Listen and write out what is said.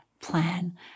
plan